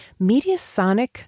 Mediasonic